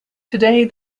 today